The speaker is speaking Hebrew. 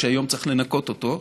שהיום צריך לנקות אותו,